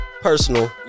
Personal